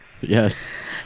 Yes